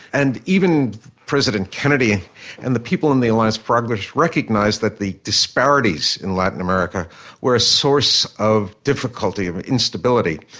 and even president kennedy and the people in the alliance for progress, recognised that the disparities in latin america were a source of difficulty and instability.